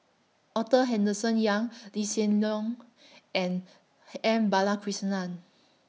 Arthur Henderson Young Lee Hsien Loong and M Balakrishnan